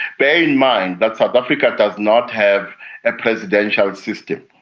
bear in mind that south africa does not have a presidential system.